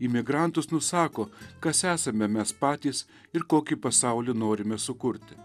į migrantus nusako kas esame mes patys ir kokį pasaulį norime sukurti